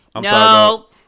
no